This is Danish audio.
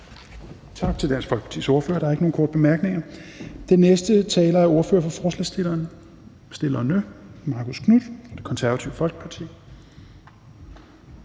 Tak til Dansk Folkepartis ordfører. Der er ikke nogen korte bemærkninger. Den næste taler er ordføreren for forslagsstillerne, hr. Marcus Knuth, Det Konservative Folkeparti.